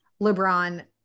LeBron